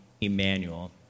Emmanuel